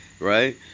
Right